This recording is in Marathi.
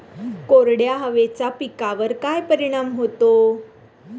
कोरड्या हवेचा पिकावर काय परिणाम होतो?